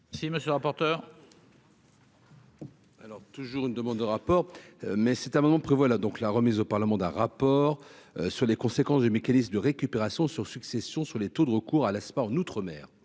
Si monsieur le rapporteur. Alors toujours une demande de rapport, mais cet amendement prévoit la donc la remise au Parlement d'un rapport. Sur les conséquences de mécanisme de récupération sur succession sur les taux de recours à la en outre-mer,